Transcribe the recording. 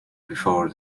before